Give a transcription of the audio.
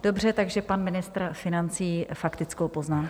Dobře, takže pan ministr financí faktickou poznámku.